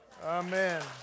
Amen